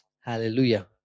Hallelujah